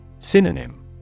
Synonym